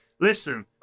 Listen